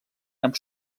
amb